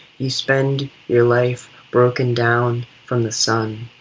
you spend your life broken down from the sun,